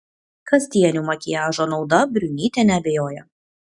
kasdienio makiažo nauda briunytė neabejoja